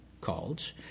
called